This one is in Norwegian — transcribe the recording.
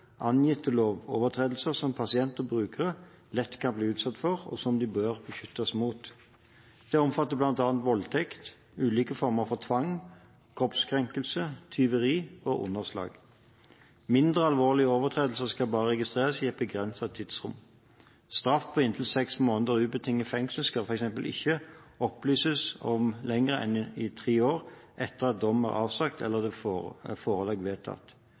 angitte lovovertredelser som pasienter og brukere lett kan bli utsatt for, og som de bør beskyttes mot. Det omfatter bl.a. voldtekt, ulike former for tvang, kroppskrenkelse, tyveri og underslag. Mindre alvorlige overtredelser skal bare registreres i et begrenset tidsrom. Straff på inntil seks måneders ubetinget fengsel skal f.eks. ikke opplyses om lenger enn i tre år etter at dom er avsagt eller forelegg vedtatt.